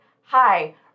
Hi